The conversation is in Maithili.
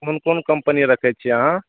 कोन कोन कम्पनी रखय छियै अहाँ